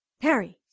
Harry